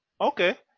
Okay